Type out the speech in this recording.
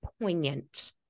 poignant